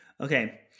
okay